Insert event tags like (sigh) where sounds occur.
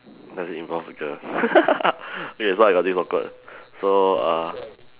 does it involve a girl (laughs) wait so I got this awkward so uh